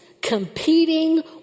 competing